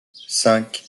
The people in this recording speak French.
cinq